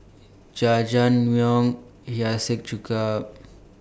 Jajangmyeon Hiyashi Chuka